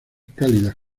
cálidas